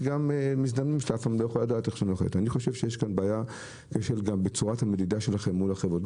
יש כאן בעיה גם בצורת המדידה שלכם מול החברות.